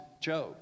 Job